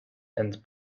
and